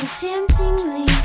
temptingly